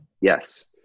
Yes